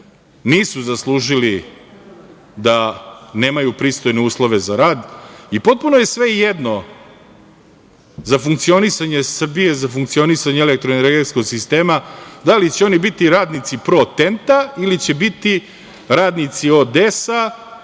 nisu zaslužili da nemaju pristojne uslove za rad i potpuno je svejedno za funkcionisanje Srbije, za funkcionisanje elektroenergetskog sistema da li će biti radnici „Pro Tenta“ ili će biti radnici ODS-a.